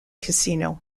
casino